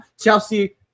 Chelsea